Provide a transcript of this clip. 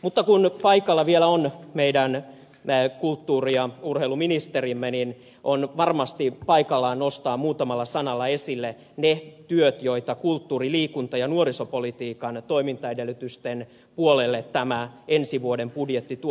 mutta kun paikalla vielä on meidän kulttuuri ja urheiluministerimme niin on varmasti paikallaan nostaa muutamalla sanalla esille ne työt joita kulttuuri liikunta ja nuorisopolitiikan toimintaedellytysten puolelle tämä ensi vuoden budjetti tuo